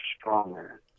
stronger